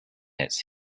its